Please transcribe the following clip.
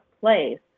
place